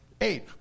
eight